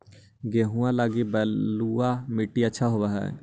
गेहुआ लगी बलुआ मिट्टियां अच्छा होव हैं?